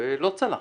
ולא צלחנו.